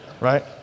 Right